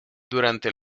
durante